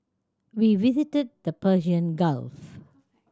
we visited the Persian Gulf